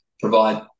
provide